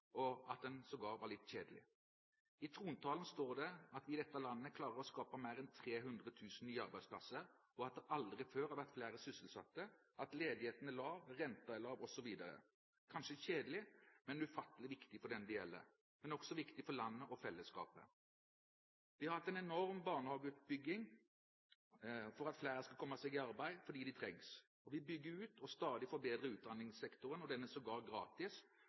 og at den sågar var litt kjedelig. I trontalen står det at vi i dette landet klarer å skape mer enn 300 000 nye arbeidsplasser, at det aldri før har vært flere sysselsatte, at ledigheten er lav, at renten er lav, osv. – kanskje kjedelig, men ufattelig viktig for dem det gjelder, og også viktig for landet og fellesskapet. Vi har hatt en enorm barnehageutbygging for at flere skal komme seg i arbeid fordi de trengs. Vi bygger ut og forbedrer stadig utdanningssektoren. Den er sågar gratis